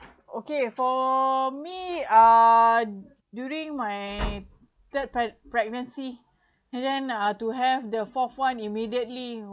okay for me uh during my third preg~ pregnancy and then uh to have the fourth one immediately